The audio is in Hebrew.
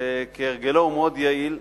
שכהרגלו הוא מאוד יעיל,